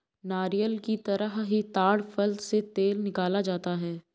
नारियल की तरह ही ताङ फल से तेल निकाला जाता है